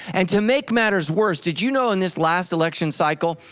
and to make matters worse, did you know in this last election cycle,